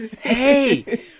hey